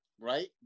right